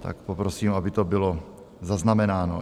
Tak poprosím, aby to bylo zaznamenáno.